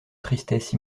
tristesse